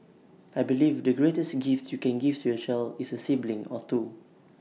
I believe the greatest gift you can give to your child is A sibling or two